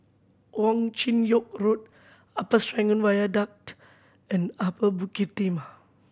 Wong Chin Yoke Road Upper Serangoon Viaduct and Upper Bukit Timah